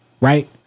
right